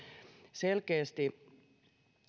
selkeästi